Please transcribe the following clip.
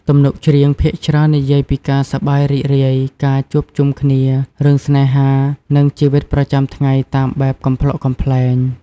ទំនុកច្រៀងភាគច្រើននិយាយពីការសប្បាយរីករាយ ការជួបជុំគ្នា រឿងស្នេហា និងជីវិតប្រចាំថ្ងៃតាមបែបកំប្លុកកំប្លែង។